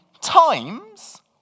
times